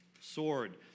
sword